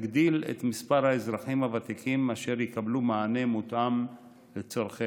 תגדיל את מספר האזרחים הוותיקים אשר יקבלו מענה מותאם לצורכיהם.